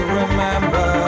remember